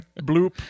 bloop